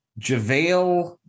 JaVale